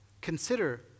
Consider